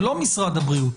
זה לא משרד הבריאות,